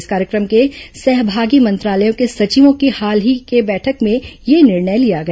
इस कार्य क्र म के सहभागी मंत्रालयों के सचिवों की हाल की बैठक में यह निर्णय लिया गया